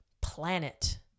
planet